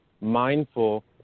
mindful